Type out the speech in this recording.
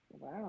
wow